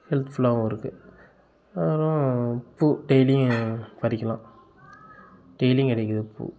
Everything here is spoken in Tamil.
ஹெல்த்ஃபுல்லாகவும் இருக்குது அப்புறம் பூ டெய்லியும் பறிக்கலாம் டெய்லியும் கிடைக்குது பூ